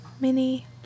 Mini